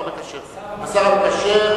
המקשר,